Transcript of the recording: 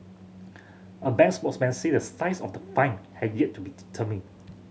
a bank spokesman say the size of the fine had yet to be determined